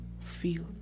feel